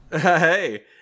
Hey